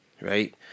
Right